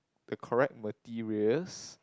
the correct materials